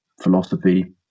philosophy